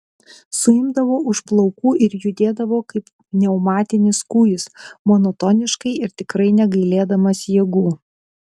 suimdavo už plaukų ir judėdavo kaip pneumatinis kūjis monotoniškai ir tikrai negailėdamas jėgų